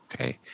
okay